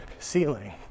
Ceiling